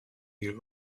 you